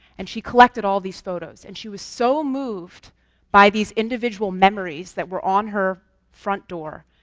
and she collected all these photos, and she was so moved by these individual memories that were on her front door,